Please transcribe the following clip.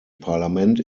parlament